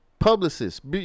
Publicists